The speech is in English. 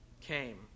came